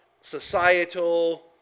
societal